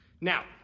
Now